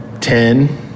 ten